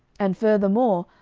and, furthermore,